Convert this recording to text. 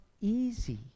easy